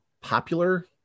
popular